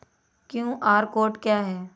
QR code क्या है?